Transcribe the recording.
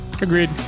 agreed